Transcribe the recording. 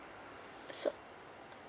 so